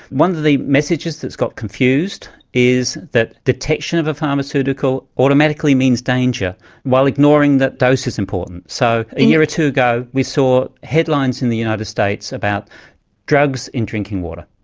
one of the messages that got confused is that detection of a pharmaceutical automatically means danger while ignoring that dose is important. so a year or two ago we saw headlines in the united states about drugs in drinking water,